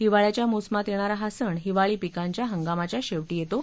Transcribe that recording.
हिवाळयाच्या मोसमात येणारा हा सण हिवाळी पीकांच्या हंगामाच्या शेवटी येतो